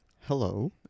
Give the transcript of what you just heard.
hello